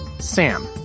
Sam